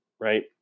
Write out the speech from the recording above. right